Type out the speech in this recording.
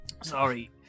Sorry